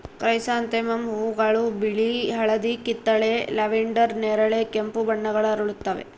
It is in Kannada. ಕ್ರೈಸಾಂಥೆಮಮ್ ಹೂವುಗಳು ಬಿಳಿ ಹಳದಿ ಕಿತ್ತಳೆ ಲ್ಯಾವೆಂಡರ್ ನೇರಳೆ ಕೆಂಪು ಬಣ್ಣಗಳ ಅರಳುತ್ತವ